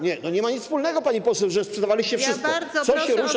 Nie, no nie ma to nic wspólnego, pani poseł, że sprzedawaliście wszystko, co się rusza.